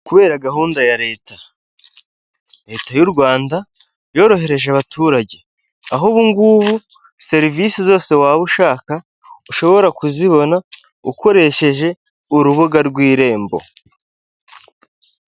Kubera gahunda ya leta. Leta y'u Rwanda yorohereje abaturage , aho ubungubu serivisi zose waba ushaka , ushobora kuzibona ukoresheje urubuga rw'irembo.